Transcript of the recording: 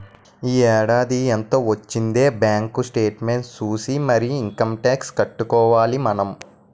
ఈ ఏడాది ఎంత వొచ్చిందే బాంకు సేట్మెంట్ సూసి మరీ ఇంకమ్ టాక్సు కట్టుకోవాలి మనం